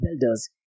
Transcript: builders